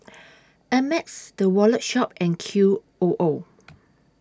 Ameltz The Wallet Shop and Q O O